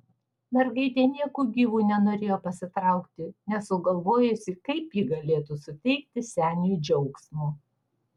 mergaitė nieku gyvu nenorėjo pasitraukti nesugalvojusi kaip ji galėtų suteikti seniui džiaugsmo